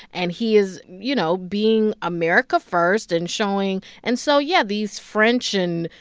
and he is, you know, being america first and showing and so yeah, these french and,